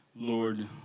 Lord